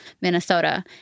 Minnesota